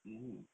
mm